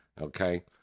okay